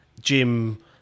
Jim